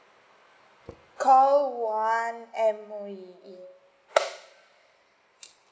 call one M_O_E